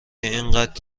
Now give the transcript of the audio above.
اینقد